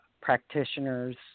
practitioners